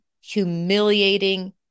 humiliating